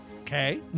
okay